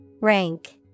Rank